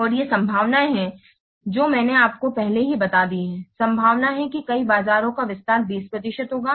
और ये संभावनाएं हैं जो मैंने आपको पहले ही बता दी हैं संभावना है कि कई बाजारों का विस्तार 20 प्रतिशत होगा